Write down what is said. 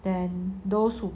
then those who